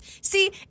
See